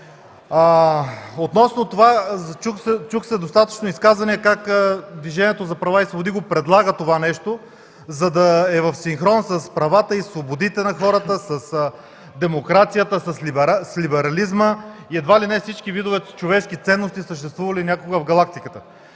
Относно това, чуха се достатъчно изказвания как „Движението за права и свободи” го предлага това нещо, за да е в синхрон с правата и свободите на хората, с демокрацията, с либерализма и едва ли не с всички видове човешки ценности, съществували някога в Галактиката.